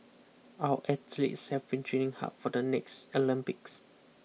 our athletes have been training hard for the next Olympics